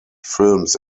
films